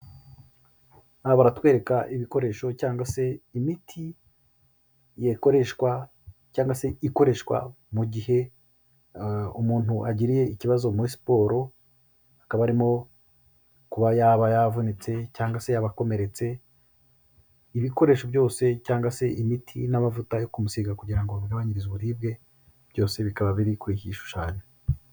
Aha batwereka ibikoresho cyangwa se imiti yakoreshwa cyangwa se ikoreshwa mu gihe umuntu agiriye ikibazo muri siporo, hakaba harimo kuba yaba yavunitse cyangwa se yaba akomeretse, ibikoresho byose cyangwa se imiti n'amavuta yo kumusiga kugira ngo bamugabanyirize uburibwe, byose bikaba biri ku gishushanyo.